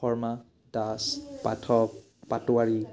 Sharma Das Pathak Patowary